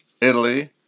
italy